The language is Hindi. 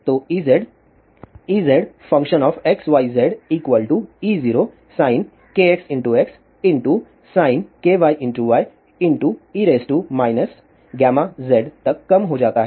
तो Ez EzxyzE0sin kxx sin⁡e γzतक कम हो जाता है